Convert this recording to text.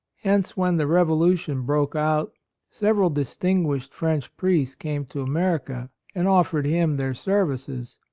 hence when the revolution broke out several distinguished french priests came to america and offered him their services.